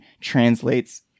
translates